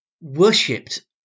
worshipped